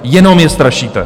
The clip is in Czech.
Jenom je strašíte.